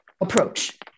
approach